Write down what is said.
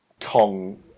Kong